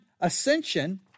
ascension